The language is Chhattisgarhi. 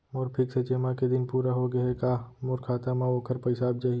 मोर फिक्स जेमा के दिन पूरा होगे हे का मोर खाता म वोखर पइसा आप जाही?